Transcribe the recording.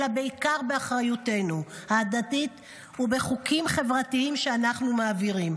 אלא בעיקר באחריותנו ההדדית ובחוקים חברתיים שאנחנו מעבירים.